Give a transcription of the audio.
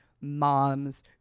moms